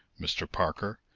mr. parker,